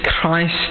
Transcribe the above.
Christ